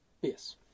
yes